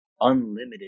unlimited